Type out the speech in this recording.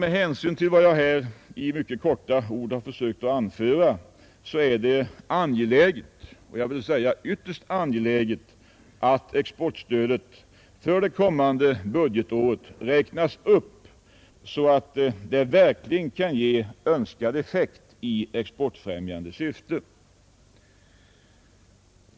Med hänvisning till vad jag här i korthet har anfört är det ytterst angeläget att exportstödet för det kommande budgetåret räknas upp så att det verkligen kan ge önskad effekt i exportfrämjande syfte.